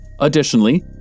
Additionally